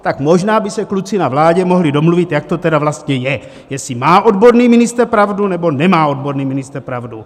Tak možná by se kluci na vládě mohli domluvit, jak to tedy vlastně je, jestli má odborný ministr pravdu, nebo nemá odborný ministr pravdu.